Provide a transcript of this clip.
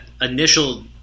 initial –